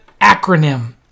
acronym